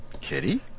kitty